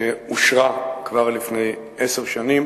שאושרה כבר לפני עשר שנים.